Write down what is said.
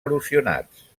erosionats